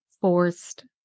forced